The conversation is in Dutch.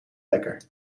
lekker